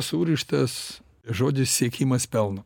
surištas žodis siekimas pelno